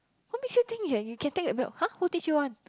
what makes you think you can you can take the milk !huh! who teach you [one]